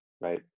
right